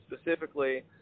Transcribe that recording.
specifically